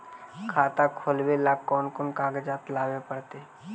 खाता खोलाबे ल कोन कोन कागज लाबे पड़तै?